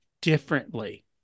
differently